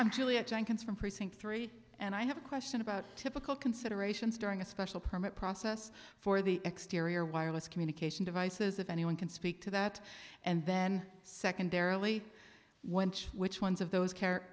i'm juliet jenkins from precinct three and i have a question about typical considerations during a special permit process for the exterior wireless communication devices if anyone can speak to that and then secondarily wench which ones of those care